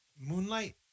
Moonlight